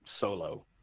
solo